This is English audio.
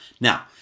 Now